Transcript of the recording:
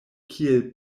kiel